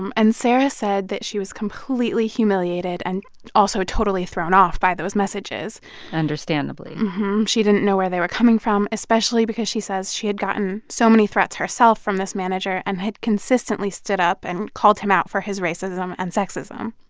and and sarah said that she was completely humiliated and also totally thrown off by those messages understandably she didn't know where they were coming from, especially because she says she had gotten so many threats herself from this manager and had consistently stood up and called him out for his racism and sexism.